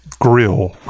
Grill